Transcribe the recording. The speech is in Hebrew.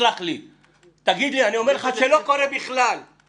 נניח וזה לא קורה בכלל,